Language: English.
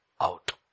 out